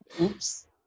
oops